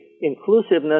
inclusiveness